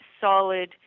solid